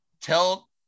tell